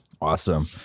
Awesome